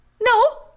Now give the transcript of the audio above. No